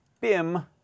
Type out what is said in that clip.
BIM